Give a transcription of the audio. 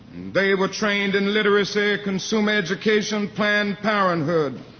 they were trained in literacy, consumer education, planned parenthood,